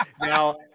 Now